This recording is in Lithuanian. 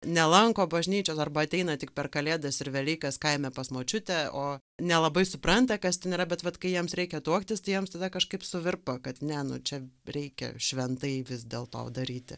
nelanko bažnyčios arba ateina tik per kalėdas ir velykas kaime pas močiutę o nelabai supranta kas ten yra bet vat kai jiems reikia tuoktis tiems tada kažkaip suvirpa kad ne nu čia reikia šventai vis dėlto daryti